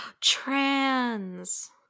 Trans